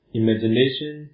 imagination